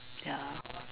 ya lah